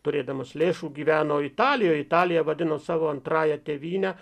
turėdamas lėšų gyveno italijoj italija vadino savo antrąją tėvynę